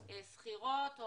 שכירות,